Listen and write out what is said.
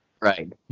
Right